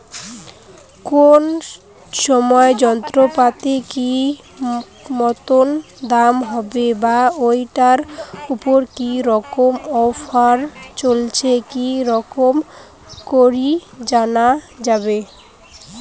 কোন সময় যন্ত্রপাতির কি মতন দাম হবে বা ঐটার উপর কি রকম অফার চলছে কি রকম করি জানা যাবে?